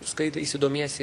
skaitaisi domiesi